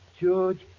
George